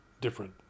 different